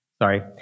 Sorry